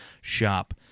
shop